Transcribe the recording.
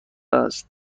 است